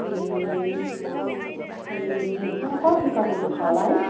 ए ए अन्त कति कतिको छ होला है